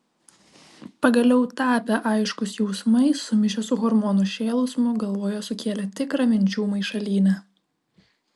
pagaliau tapę aiškūs jausmai sumišę su hormonų šėlsmu galvoje sukėlė tikrą minčių maišalynę